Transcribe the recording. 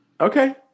Okay